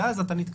ואז אתה נתקע.